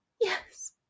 Yes